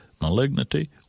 malignity